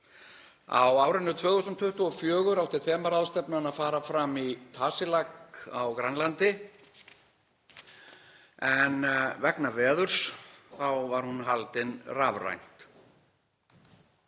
Á árinu 2024 átti þemaráðstefnan að fara fram í Tasiilaq á Grænlandi en vegna veðurs var hún haldin rafrænt.